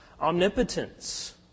omnipotence